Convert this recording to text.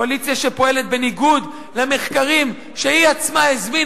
קואליציה שפועלת בניגוד למחקרים שהיא עצמה הזמינה,